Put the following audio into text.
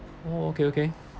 oh okay okay